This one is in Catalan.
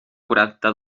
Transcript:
quaranta